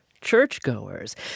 churchgoers